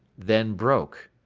then broke.